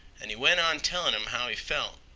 an' he went on tellin' em how he felt.